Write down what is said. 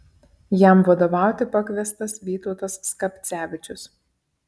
jam vadovauti pakviestas vytautas skapcevičius